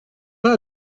pas